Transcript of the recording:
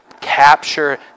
capture